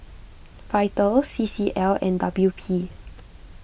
Vital C C L and W P